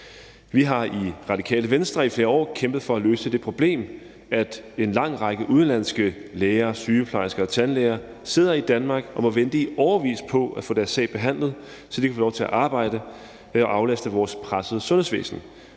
Vi har i Radikale Venstre i flere år kæmpet for at løse det problem, at en lang række udenlandske læger, sygeplejersker og tandlæger sidder i Danmark og må vente i årevis på at få deres sag behandlet, så de kan få lov til at arbejde og aflaste vores pressede sundhedsvæsen.